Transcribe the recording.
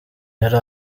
yari